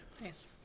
Nice